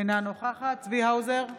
אינה נוכחת צבי האוזר,